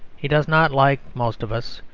he does not, like most of us,